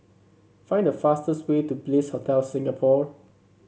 find the fastest way to Bliss Hotel Singapore